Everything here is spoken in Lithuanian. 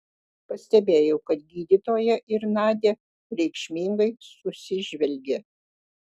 pastebėjau kad gydytoja ir nadia reikšmingai susižvelgė